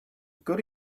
good